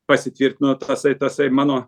pasitvirtino tasai tasai mano